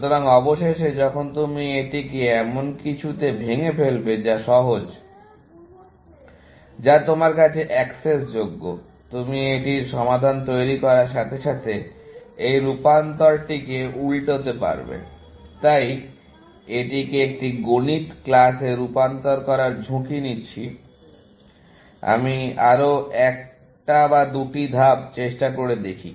সুতরাং অবশেষে যখন তুমি এটিকে এমন কিছুতে ভেঙে ফেলবে যা সহজ যা তোমার কাছে অ্যাক্সেস যোগ্য তুমি এটির সমাধান তৈরি করার সাথে সাথে এই রূপান্তরটিকে উল্টাতে পারবে আমি এটিকে একটি গণিত ক্লাসে রূপান্তর করার ঝুঁকি নিচ্ছি আমি আরও এক বা দুটি ধাপ চেষ্টা করে দেখি